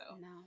no